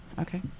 okay